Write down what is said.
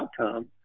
outcome